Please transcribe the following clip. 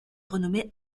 renommé